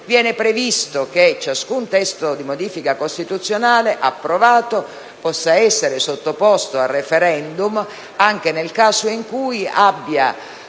viene previsto che ciascun testo di modifica costituzionale approvato possa essere sottoposto a *referendum* anche nel caso in cui abbia